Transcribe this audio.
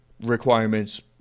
requirements